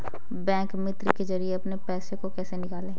Bank मित्र के जरिए अपने पैसे को कैसे निकालें?